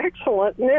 excellent